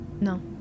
No